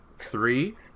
Three